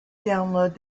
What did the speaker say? download